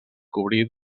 cobrir